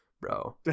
bro